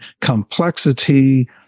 complexity